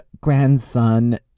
grandson